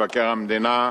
מבקר המדינה,